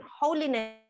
holiness